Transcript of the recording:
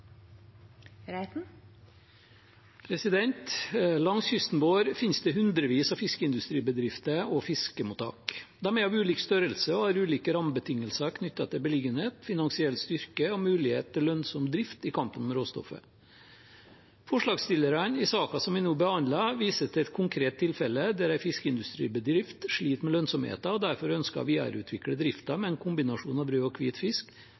av ulik størrelse og har ulike rammebetingelser knyttet til beliggenhet, finansiell styrke og mulighet for lønnsom drift i kampen om råstoffet. Forslagsstillerne i saken som vi nå behandler, viser til et konkret tilfelle der en fiskeindustribedrift sliter med lønnsomheten og derfor ønsker å videreutvikle driften med en kombinasjon av rød og hvit fisk